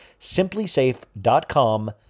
simplysafe.com